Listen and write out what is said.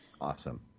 Awesome